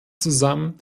zusammen